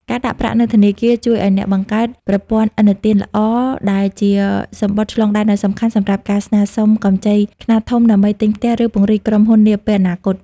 ការដាក់ប្រាក់នៅធនាគារជួយឱ្យអ្នកបង្កើត "ប្រវត្តិឥណទាន" ល្អ ដែលជាសំបុត្រឆ្លងដែនដ៏សំខាន់សម្រាប់ការស្នើសុំកម្ចីខ្នាតធំដើម្បីទិញផ្ទះ ឬពង្រីកក្រុមហ៊ុននាពេលអនាគត។